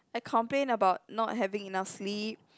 I complain about not having enough sleep